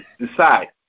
decide